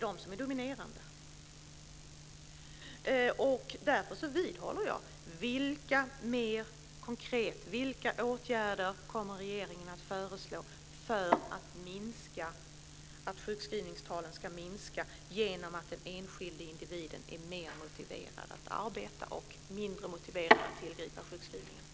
De gäller bl.a. sjukdomar i rörelseorganen. Det är de som är dominerande.